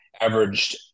averaged